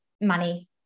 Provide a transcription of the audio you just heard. money